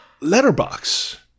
letterbox